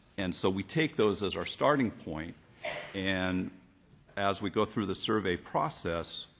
and so we take those as our starting point and as we go through the survey process,